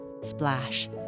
splash